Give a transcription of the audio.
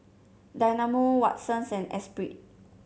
Dynamo Watsons and Espirit